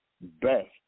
best